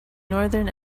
northern